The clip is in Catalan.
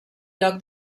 lloc